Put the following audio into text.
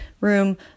room